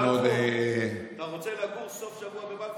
אנחנו, אתה רוצה לגור סוף שבוע בבלפור?